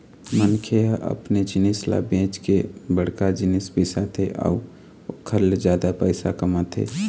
मनखे ह अपने जिनिस ल बेंच के बड़का जिनिस बिसाथे अउ ओखर ले जादा पइसा कमाथे